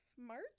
March